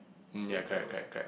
um ya correct correct correct